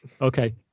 Okay